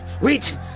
Wait